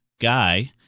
Guy